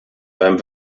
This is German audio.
beim